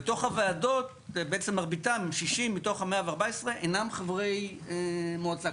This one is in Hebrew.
בתוך הוועדות בעצם מרביתם 60 מתוך ה-114 אינם חברי מועצה,